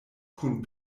kun